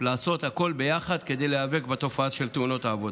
לעשות הכול ביחד כדי להיאבק בתופעה של תאונות העבודה.